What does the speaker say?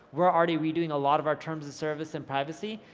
we're already redoing a lot of our terms of service and privacy.